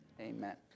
Amen